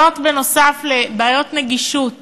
זאת, נוסף על בעיות נגישות